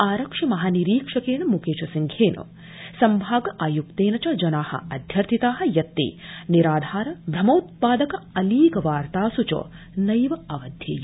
आरक्षि महानिरीक्षकेण म्केश सिंहेन संभाग आयुक्तेन च जना अध्यर्थिता यत्ते निराधार भ्रमोत्पादक अलीक वार्तासु नैव अवध्येय